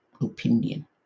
opinion